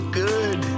good